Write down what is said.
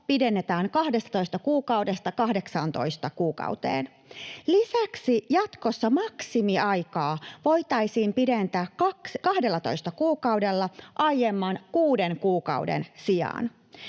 pidennetään 12 kuukaudesta 18 kuukauteen. Lisäksi jatkossa maksimiaikaa voitaisiin pidentää 12 kuukaudella aiemman 6 kuukauden sijaan